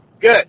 Good